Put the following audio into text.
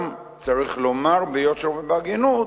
צריך לומר ביושר ובהגינות,